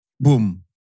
Boom